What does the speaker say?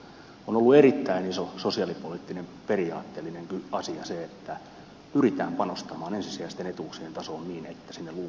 on ollut erittäin iso sosiaalipoliittinen periaatteellinen asia se että pyritään panostamaan ensisijaisten etuuksien tasoon niin että sinne luukulle ei tarvitsisi mennä